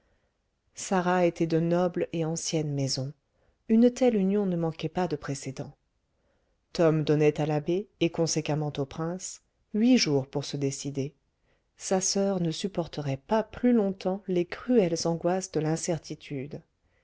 sarah était de noble et ancienne maison une telle union ne manquait pas de précédents tom donnait à l'abbé et conséquemment au prince huit jours pour se décider sa soeur ne supporterait pas plus longtemps les cruelles angoisses de l'incertitude